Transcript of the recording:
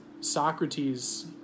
Socrates